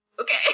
Okay